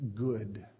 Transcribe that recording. good